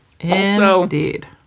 Indeed